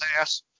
ass